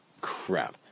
crap